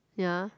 ya